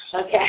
Okay